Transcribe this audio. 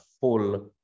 full